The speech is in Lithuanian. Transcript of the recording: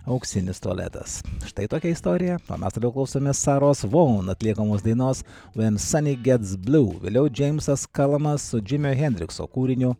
auksinis tualetas štai tokia istorija o mes toliau klausomės saros voln atliekamos dainos ven sany gets blu vėliau džeimsas kalanas su džimio henrikso kūriniu